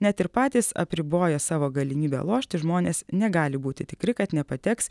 net ir patys apriboja savo galimybę lošti žmonės negali būti tikri kad nepateks